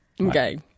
Okay